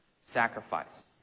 sacrifice